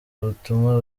ubutumwa